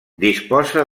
disposa